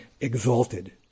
exalted